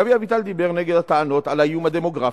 גבי אביטל דיבר נגד הטענות על האיום הדמוגרפי,